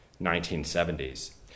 1970s